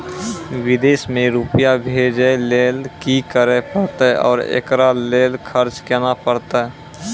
विदेश मे रुपिया भेजैय लेल कि करे परतै और एकरा लेल खर्च केना परतै?